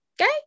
okay